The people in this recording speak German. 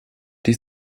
dies